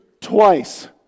twice